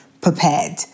prepared